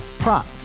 Prop